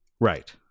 Right